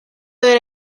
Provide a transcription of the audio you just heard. era